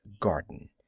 garden